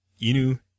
Inu